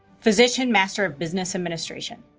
physician master of business administration